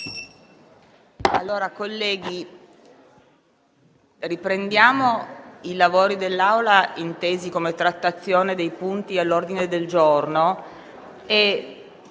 11)** Colleghi, riprendiamo i lavori dell'Assemblea, intesi come trattazione dei punti all'ordine del giorno.